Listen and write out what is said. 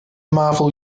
marvel